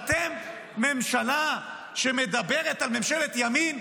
אתם ממשלה שמדברת על ממשלת ימין?